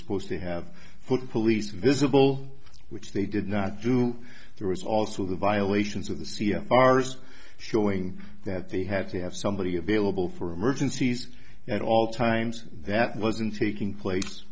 supposed to have put police visible which they did not do there was also the violations of the c o r's showing that they had to have somebody available for emergencies at all times that wasn't taking place